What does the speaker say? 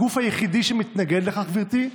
הגוף היחידי שמתנגד לכך, גברתי,